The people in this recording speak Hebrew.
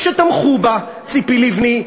תמכו בה: ציפי לבני,